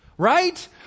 right